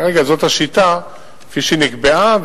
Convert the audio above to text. כרגע זאת השיטה כפי שהיא נקבעה,